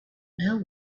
know